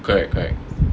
correct correct